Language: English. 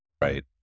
Right